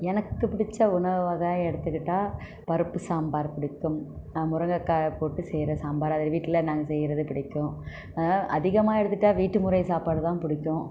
எனக்கு பிடிச்ச உணவு வகை எடுத்துக்கிட்டால் பருப்பு சாம்பார் பிடிக்கும் முருங்கக்காய் போட்டு செய்யிற சாம்பார் அது வீட்டில் நாங்ககள் செய்யிறது பிடிக்கும் அதிகமாக எடுத்துக்கிட்டா வீட்டுமுறை சாப்பாடுதான் பிடிக்கும்